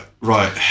right